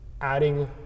adding